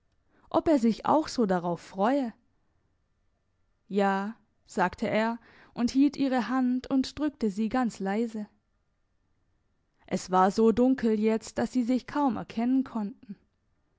ob er sich auch so darauf freue ja sagte er und hielt ihre hand und drückte sie ganz leise es war so dunkel jetzt dass sie sich kaum erkennen konnten